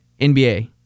NBA